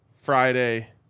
Friday